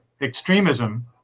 extremism